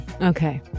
okay